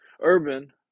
Urban